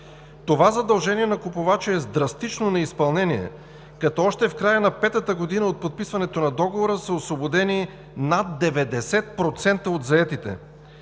Това задължение на купувача е с драстично неизпълнение, като още в края на петата година от подписването на договора са освободени над 90% от заетите.